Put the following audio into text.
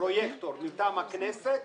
פרויקטור מטעם הכנסת